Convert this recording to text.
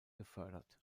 gefördert